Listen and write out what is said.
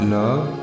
love